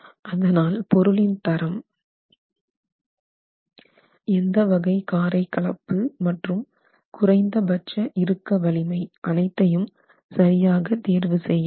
அதனால் பொருளின் தரம் எந்த வகை காரை கலப்பு மற்றும் குறைந்தபட்ச இறுக்க வலிமை அனைத்தையும் சரியாக தேர்வு செய்ய வேண்டும்